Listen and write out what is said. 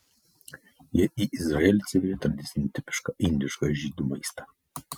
jie į izraelį atsivežė tradicinį tipišką indišką žydų maistą